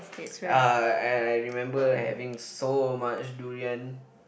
uh and I remember having so much durian